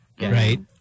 Right